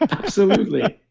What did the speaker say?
ah absolutely